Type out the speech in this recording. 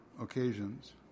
occasions